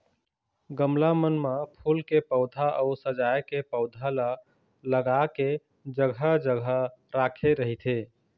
गमला मन म फूल के पउधा अउ सजाय के पउधा ल लगा के जघा जघा राखे रहिथे